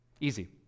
easy